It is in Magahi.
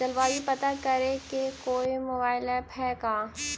जलवायु पता करे के कोइ मोबाईल ऐप है का?